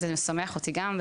וזה משמח אותי גם,